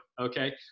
okay